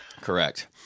correct